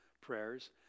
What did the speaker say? prayers